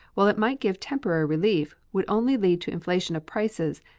while it might give temporary relief, would only lead to inflation of prices,